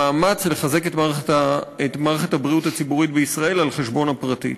המאמץ לחזק את מערכת הבריאות הציבורית בישראל על חשבון הפרטית.